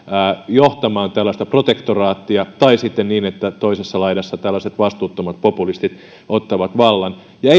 johtamaan tällaista protektoraattia tai sitten niin että toisessa laidassa tällaiset vastuuttomat populistit ottavat vallan ja